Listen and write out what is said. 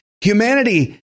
Humanity